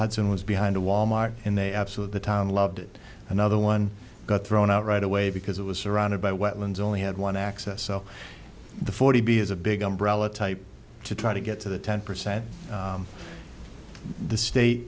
hudson was behind a wal mart and they absolute the town loved it another one got thrown out right away because it was surrounded by wetlands only had one access so the forty b is a big umbrella type to try to get to the ten percent of the state